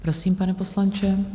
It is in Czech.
Prosím, pane poslanče.